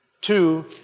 Two